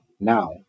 now